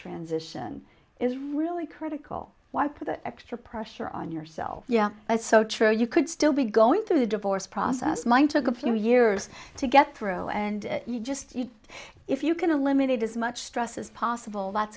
transition is really critical why put that extra pressure on yourself yeah that's so true you could still be going to the divorce process mine took a few years to get through and you just if you can eliminate as much stress as possible